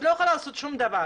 את לא יכולה לעשות שום דבר.